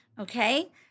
Okay